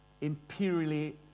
imperially